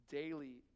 daily